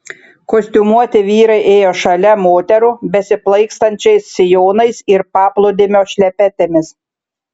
kostiumuoti vyrai ėjo šalia moterų besiplaikstančiais sijonais ir paplūdimio šlepetėmis